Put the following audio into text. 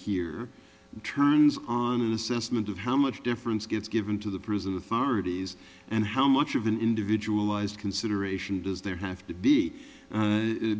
here turns on an assessment of how much difference gets given to the prison authorities and how much of an individual lies consideration does there have to be